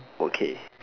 okay